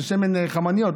זה שמן חמניות,